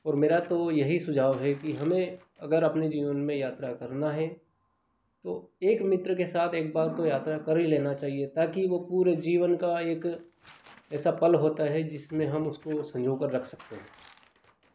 और मेरा तो यही सुझाव है कि हमें अगर अपने जीवन में यात्रा करना है तो एक मित्र के साथ एक बार तो यात्रा कर ही लेना चाहिए ताकि वो पूरे जीवन का एक ऐसा पल होता है जिसमें हम उसको संजो कर रख सकते हैं